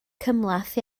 cymhleth